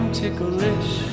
ticklish